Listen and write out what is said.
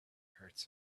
hurts